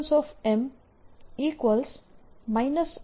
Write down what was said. Mal a and l are very smallM